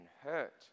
hurt